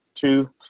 Two